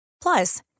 Plus